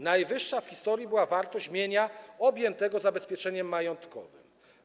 Najwyższa w historii była wartość mienia objętego zabezpieczeniem majątkowym.